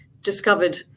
discovered